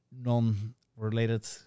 non-related